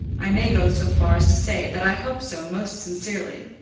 i may go so far as to say that i hope so most sincerely.